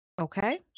Okay